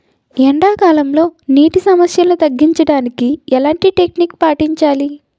ఎండా కాలంలో, నీటి సమస్యలను తగ్గించడానికి ఎలాంటి టెక్నిక్ పాటించాలి?